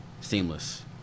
seamless